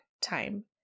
time